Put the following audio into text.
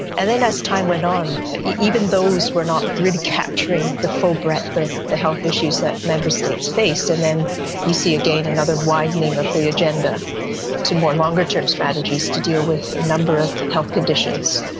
and then as time went on, even those were not really capturing the full breadth of the health issues that member states faced, and then you see again another widening of the agenda to more longer-term strategies to deal with a number of health conditions.